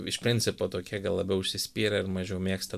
iš principo tokie gal labiau užsispyrę ir mažiau mėgsta